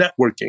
networking